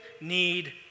need